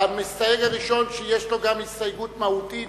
המסתייג הראשון שיש לו גם הסתייגות מהותית